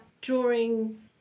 drawing